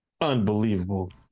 Unbelievable